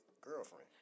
girlfriend